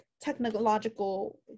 technological